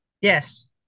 Yes